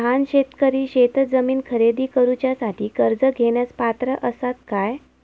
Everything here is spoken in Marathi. लहान शेतकरी शेतजमीन खरेदी करुच्यासाठी कर्ज घेण्यास पात्र असात काय?